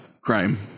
crime